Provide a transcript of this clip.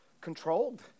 Controlled